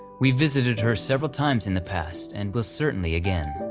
we've visited her several times in the past and was certainly again.